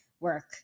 work